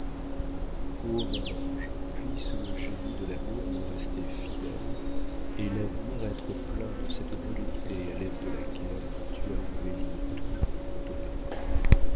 oh mon ange puisse le génie de l'amour me rester fidèle et l'avenir être plein de cette volupté à l'aide de laquelle tu as embelli tout autour de moi